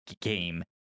game